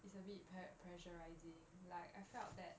it's a bit pr~ pressurising like I felt that